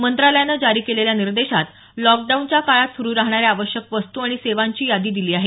मंत्रालयानं जारी केलेल्या निर्देशात लॉकडाऊनच्या काळात सुरु राहणाऱ्या आवश्यक वस्तू आणि सेवांची यादी दिली आहे